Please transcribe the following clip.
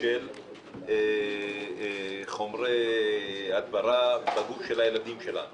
של חומרי הדברה בגוף של הילדים שלנו